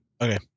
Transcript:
Okay